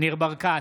ניר ברקת,